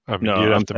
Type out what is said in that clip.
No